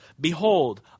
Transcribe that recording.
behold